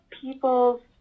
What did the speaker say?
people's